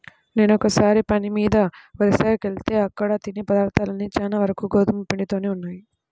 నేనొకసారి పని మీద ఒరిస్సాకెళ్తే అక్కడ తినే పదార్థాలన్నీ చానా వరకు గోధుమ పిండితోనే ఉన్నయ్